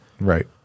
right